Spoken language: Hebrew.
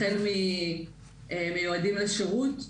החל ממיועדים לשירות,